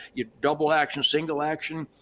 you double action, single action.